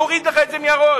תוריד לך את זה מהראש.